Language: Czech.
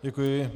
Děkuji.